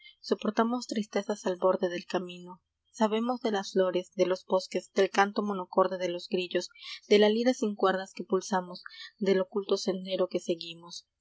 soportamos tristezas al borde del camino sabemos de las flores de los bosques del canto monocorde de los grillos de la lira sin cuerdas que pulsamos del oculto sendero que seguimos